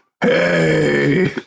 Hey